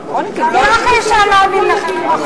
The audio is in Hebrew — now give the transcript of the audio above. רק מי שיש לו חזון מבין את זה.